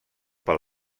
pel